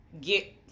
get